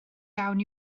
iawn